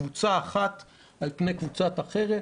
קבוצה אחת על פני קבוצה אחרת.